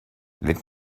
let